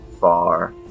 far